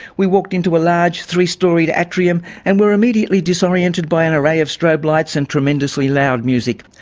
we walked into a large three storied atrium and were immediately disoriented by an array of strobe lights and tremendously loud music.